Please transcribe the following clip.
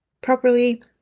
properly